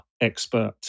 expert